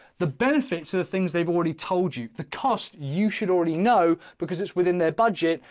the benefits of the things they've already told you the cost you should already know, because it's within their budget.